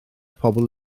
pobl